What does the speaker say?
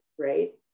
Right